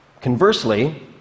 Conversely